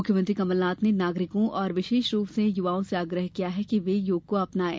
मुख्यमंत्री कमलनाथ ने नागरिकों और विशेष रूप से युवाओं से आग्रह किया है कि वे योग को अपनायें